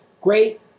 great